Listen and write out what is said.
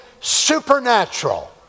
supernatural